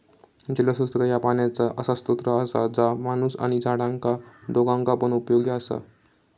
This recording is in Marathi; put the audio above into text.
जलस्त्रोत ह्या पाण्याचा असा स्त्रोत असा जा माणूस आणि झाडांका दोघांका पण उपयोगी असा